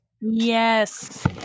Yes